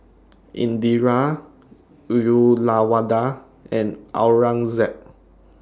Indira Uyyalawada and Aurangzeb